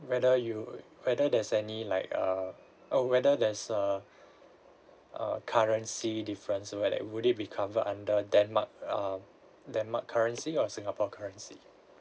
whether you whether there's any like err oh whether there's a uh currency difference will like would it be cover under denmark um denmark currency of singapore currency